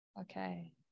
Okay